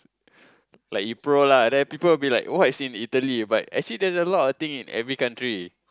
like you pro lah then people will be like what is in Italy actually there's a lot of thing in every country